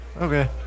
Okay